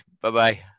Bye-bye